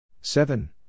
seven